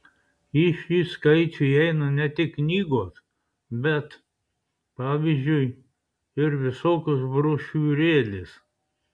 į šį skaičių įeina ne tik knygos bet pavyzdžiui ir visokios brošiūrėlės